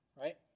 Right